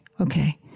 okay